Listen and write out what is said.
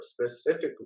specifically